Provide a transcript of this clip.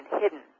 hidden